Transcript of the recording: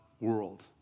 world